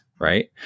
right